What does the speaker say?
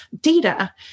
data